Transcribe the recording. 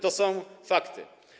To są fakty.